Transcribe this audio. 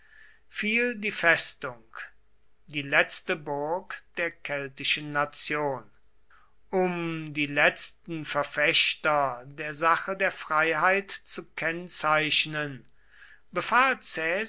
fiel die festung die letzte burg der keltischen nation um die letzten verfechter der sache der freiheit zu kennzeichnen befahl